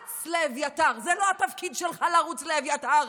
זה לא התפקיד שלך לרוץ לאביתר,